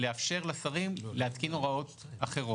אלה שלושת המוצרים שניתנים לייבוא והם בסדר גודל של 25% מן השוק.